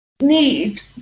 need